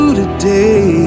today